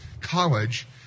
college